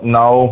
now